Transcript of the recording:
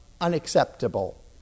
unacceptable